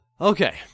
Okay